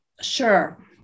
Sure